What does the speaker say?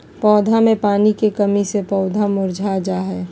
पौधा मे पानी के कमी से पौधा मुरझा जा हय